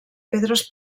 pedres